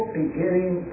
beginning